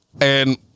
and-